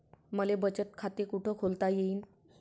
मले बचत खाते कुठ खोलता येईन?